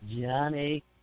Johnny